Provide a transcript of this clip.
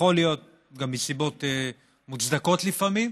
יכול להיות שגם מסיבות מוצדקות לפעמים,